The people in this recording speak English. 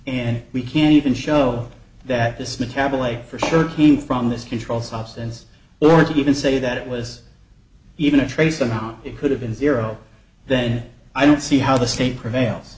and we can you can show that this metabolite for certain from this controlled substance or to even say that it was even a trace amount it could have been zero then i don't see how the state prevails